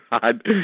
God